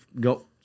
go